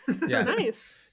nice